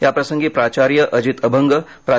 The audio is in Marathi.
याप्रसंगी प्राचार्य अजित अभंग प्रा